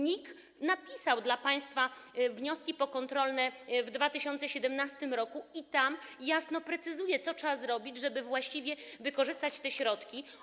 NIK napisał dla państwa wnioski pokontrolne w 2017 r. i tam jasno precyzuje, co trzeba zrobić, żeby właściwie wykorzystać te środki.